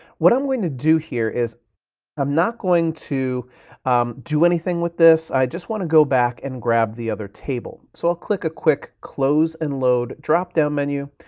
what i'm going to do here is i'm not going to do anything with this. i just wanna go back and grab the other table. so i'll click a quick close and load dropdown menu,